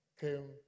came